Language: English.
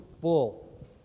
full